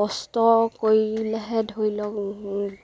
কষ্ট কৰিলেহে ধৰি লওক